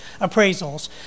appraisals